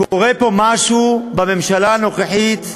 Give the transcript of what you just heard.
קורה פה משהו, בממשלה הנוכחית,